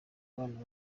abana